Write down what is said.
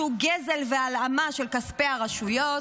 שהוא גזל והלאמה של כספי הרשויות,